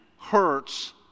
hurts